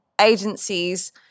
agencies